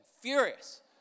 Furious